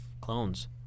clones